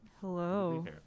hello